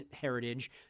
heritage